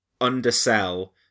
undersell